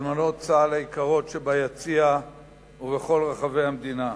אלמנות צה"ל היקרות שביציע ובכל רחבי המדינה,